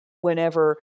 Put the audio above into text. Whenever